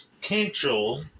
potential